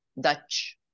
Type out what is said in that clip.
Dutch